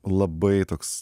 labai toks